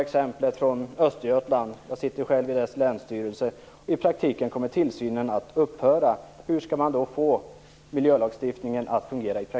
I Östergötland, där jag sitter i länsstyrelsen, kommer tillsynen i praktiken att upphöra. Hur skall man då få miljölagstiftningen att fungera?